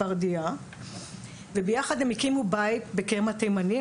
ספרדייה וביחד הם הקימו בית בכרם התימנים,